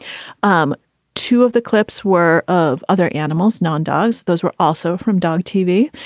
um two of the clips were of other animals, non dogs. those were also from dog tv.